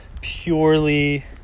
purely